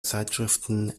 zeitschriften